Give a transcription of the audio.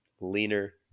leaner